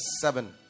seven